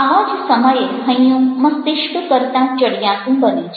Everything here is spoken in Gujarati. આવા જ સમયે હૈયું મસ્તિષ્ક કરતાં ચડિયાતું બને છે